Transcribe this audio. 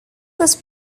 was